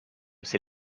ses